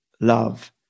love